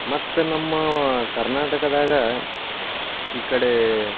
ಮತ್ತು ನಮ್ಮ ಕರ್ನಾಟಕದಾಗ ಈ ಕಡೆ